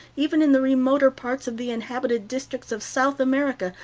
even in the remoter parts of the inhabited districts of south america,